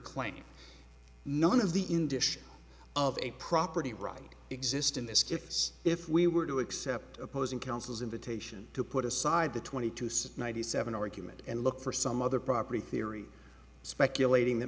claim none of the industry of a property right exist in this case if we were to accept opposing counsel's invitation to put aside the twenty two some ninety seven argument and look for some other property theory speculating that